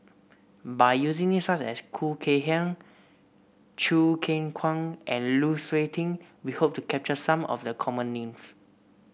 by using names such as Khoo Kay Hian Choo Keng Kwang and Lu Suitin we hope to capture some of the common names